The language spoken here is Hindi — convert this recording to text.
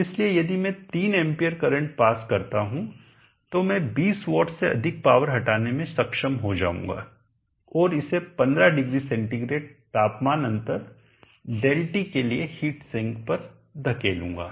इसलिए यदि मैं 3 एंपियर करंट पास करता हूं तो मैं 20 वाट से अधिक पावर हटाने में सक्षम हो जाऊंगा और इसे 150C तापमान अंतर Δt के लिए हीट सिंक पर धकेलूंगा